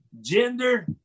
Gender